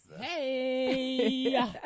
Hey